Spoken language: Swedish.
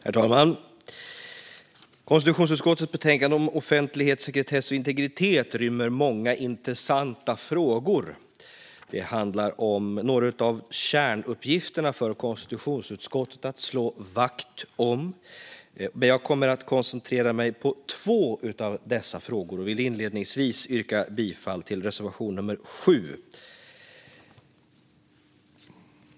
Herr talman! Konstitutionsutskottets betänkande om offentlighet, sekretess och integritet rymmer många intressanta frågor. Det handlar om några av kärnuppgifterna för konstitutionsutskottet att slå vakt om, men jag kommer att koncentrera mig på två av dessa frågor och vill inledningsvis yrka bifall till reservation nummer 7.